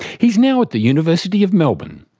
he's now at the university of melbourne.